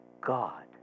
God